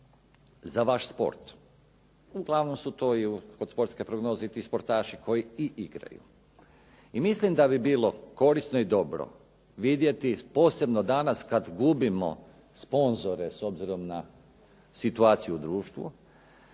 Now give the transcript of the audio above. Za vaš sport. I uglavnom su to i kod sportske prognoze i ti sportaši koji i igraju. I mislim da bi bilo korisno i dobro vidjeti posebno danas kada gubimo sponzore s obzirom na situaciju u društvu,